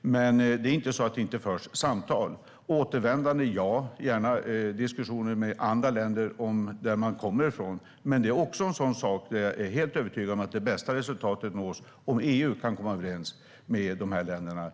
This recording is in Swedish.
Men det är inte så att det inte förs samtal. När det gäller återvändande för vi gärna diskussioner med andra länder, de länder flyktingarna kommer från. Men även där är jag helt övertygad om att det bästa resultatet nås om EU kan komma överens med de här länderna.